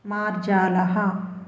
मार्जालः